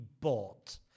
bought